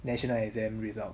national exam result